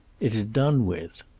it's done with.